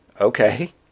Okay